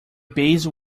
base